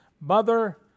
mother